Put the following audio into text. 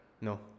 No